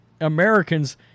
Americans